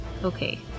Okay